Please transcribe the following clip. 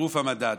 בצירוף המדד.